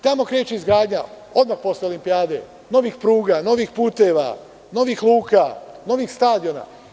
Tamo kreće izgradnja, odmah posle Olimpijade, novih pruga, novih puteva, novih luka, novih stadiona.